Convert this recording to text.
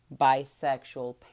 bisexual